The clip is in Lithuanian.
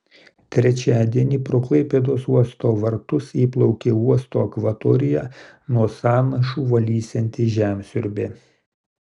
trečiadienį pro klaipėdos uosto vartus įplaukė uosto akvatoriją nuo sąnašų valysianti žemsiurbė